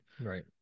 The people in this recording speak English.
Right